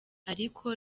ariko